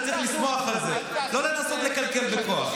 אתה צריך לשמוח על זה, לא לנסות לקלקל בכוח.